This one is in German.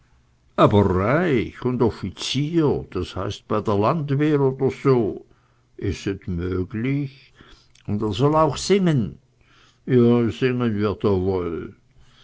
aber reich und offizier das heißt bei der landwehr oder so is et möglich und er soll auch singen ja singen wird er